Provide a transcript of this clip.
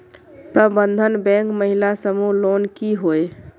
प्रबंधन बैंक महिला समूह लोन की होय?